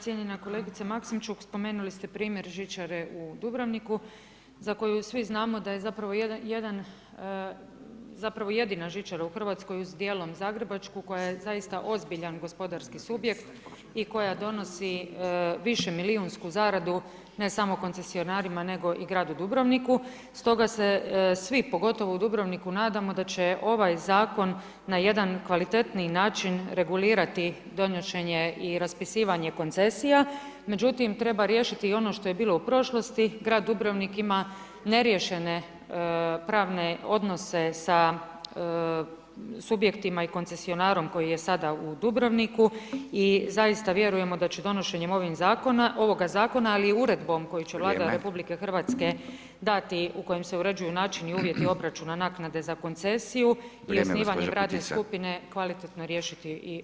Cijenjena kolegice Maksimčuk, spomenuli ste primjer žičare u Dubrovniku za koju svi znamo da je zapravo jedina žičara u Hrvatskoj uz djelom zagrebačku koja je zaista ozbiljan gospodarski subjekt i koja donosi višemilijunsku zaradu ne samo koncesionarima nego u gradu Dubrovniku stoga se svi, pogotovo u Dubrovniku nadamo da će ovaj zakon na jedan kvalitetniji način regulirati donošenje i raspisivanje koncesija međutim treba riješiti i ono što je bilo u prošlosti, grad Dubrovnik ima neriješene pravne odnose sa subjektima i koncesionarom koji je sada u Dubrovniku i zaista vjerujemo da će donošenjem ovog zakona ali i uredbom koju će Vlada RH dati u kojem se uređuju [[Upadica Radin: Vrijeme.]] načini i uvjeti obračuna naknade za koncesiju [[Upadica Radin: Vrijeme, gospođo Putica.]] i osnivanje radne skupine kvalitetno riješiti i ovaj problem u Dubrovniku, hvala lijepa.